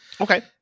Okay